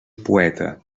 poeta